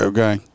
Okay